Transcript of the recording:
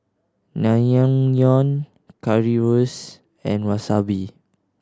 Naengmyeon Currywurst and Wasabi